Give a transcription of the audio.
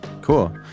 Cool